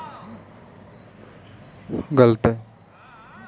परंपरागत रूप से गाजा प्रसंस्करण कैसे होता है?